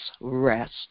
rest